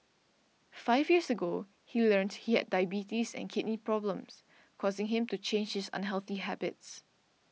five years ago he learnt he had diabetes and kidney problems causing him to change his unhealthy habits